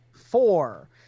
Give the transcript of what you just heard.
four